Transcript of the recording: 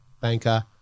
banker